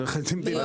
זה חצי מדינת ישראל.